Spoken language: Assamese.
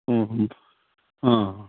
অঁ অঁ